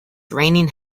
raining